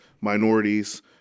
minorities